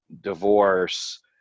divorce